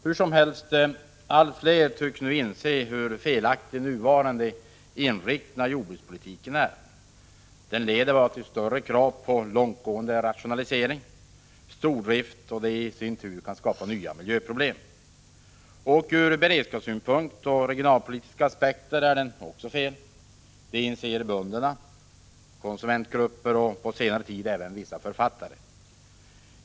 Hur som helst: Allt fler tycks nu inse hur felaktig den nuvarande inriktningen av jordbrukspolitiken är. Den leder bara till större krav på långtgående rationalisering, stordrift, som i sin tur kan skapa nya miljöproblem. Från beredskapssynpunkt och ur regionala aspekter är den också felaktig. Det inser bönderna, konsumentgrupper och på senare tid även vissa författare.